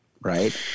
Right